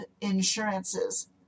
insurances